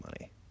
money